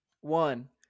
One